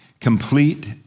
Complete